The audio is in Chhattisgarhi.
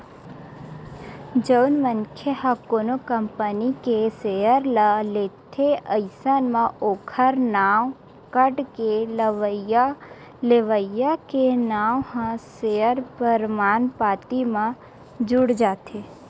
जउन मनखे ह कोनो कंपनी के सेयर ल लेथे अइसन म ओखर नांव कटके लेवइया के नांव ह सेयर परमान पाती म जुड़ जाथे